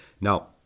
Now